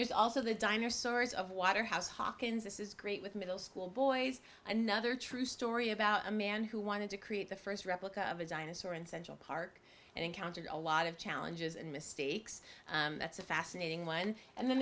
there's also the diner sorts of waterhouse hawkins this is great with middle school boys another true story about a man who wanted to create the first replica of a dinosaur in central park and encountered a lot of challenges and mistakes that's a fascinating one and then